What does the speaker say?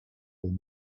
and